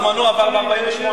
זמנו עבר ב-48'.